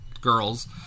girls